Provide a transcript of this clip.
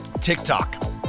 TikTok